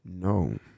No